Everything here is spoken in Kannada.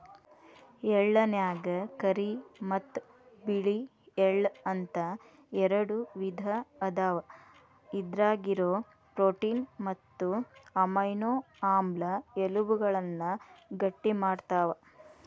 ಎಳ್ಳನ್ಯಾಗ ಕರಿ ಮತ್ತ್ ಬಿಳಿ ಎಳ್ಳ ಅಂತ ಎರಡು ವಿಧ ಅದಾವ, ಇದ್ರಾಗಿರೋ ಪ್ರೋಟೇನ್ ಮತ್ತು ಅಮೈನೋ ಆಮ್ಲ ಎಲಬುಗಳನ್ನ ಗಟ್ಟಿಮಾಡ್ತಾವ